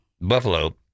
Buffalo